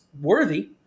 worthy